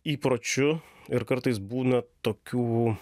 įpročių ir kartais būna tokių